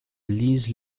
lise